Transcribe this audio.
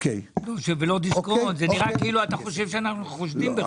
זה נראה כאילו אתה חושב שאנחנו חושדים בך.